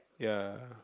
ya